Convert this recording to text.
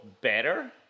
better